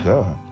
God